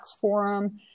Forum